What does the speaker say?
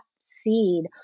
seed